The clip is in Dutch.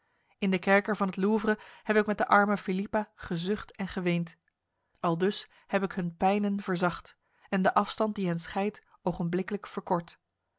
in de kerker van het louvre heb ik met de arme philippa gezucht en geweend aldus heb ik hun pijnen verzacht en de afstand die hen scheidt ogenblikkelijk verkort